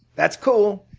that's cool.